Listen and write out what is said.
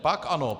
Pak ano.